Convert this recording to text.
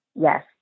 Yes